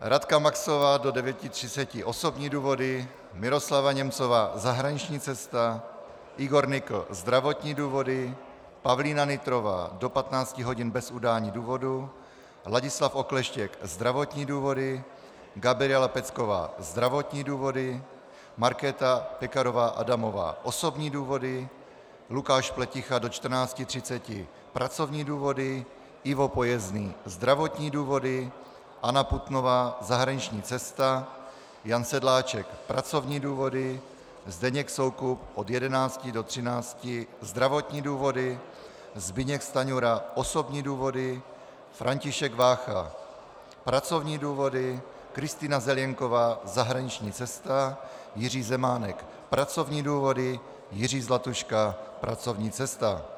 Radka Maxová do 9.30 osobní důvody, Miroslava Němcová zahraniční cesta, Igor Nykl zdravotní důvody, Pavlína Nytrová do 15 hodin bez udání důvodu, Ladislav Okleštěk zdravotní důvody, Gabriela Pecková zdravotní důvody, Markéta Pekarová Adamová osobní důvody, Lukáš Pleticha do 14.30 pracovní důvody, Ivo Pojezný zdravotní důvody, Anna Putnová zahraniční cesta, Jan Sedláček pracovní důvody, Zdeněk Soukup od 11 do 13 hodin zdravotní důvody, Zbyněk Stanjura osobní důvody, František Vácha pracovní důvody, Kristýna Zelienková zahraniční cesta, Jiří Zemánek pracovní důvody, Jiří Zlatuška pracovní cesta.